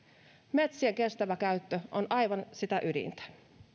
metsien kestävä käyttö on aivan sitä ydintä